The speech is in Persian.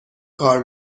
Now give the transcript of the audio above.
کار